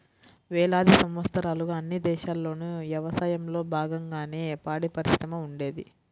వేలాది సంవత్సరాలుగా అన్ని దేశాల్లోనూ యవసాయంలో బాగంగానే పాడిపరిశ్రమ ఉండేది